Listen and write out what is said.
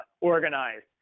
organized